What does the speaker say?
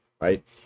right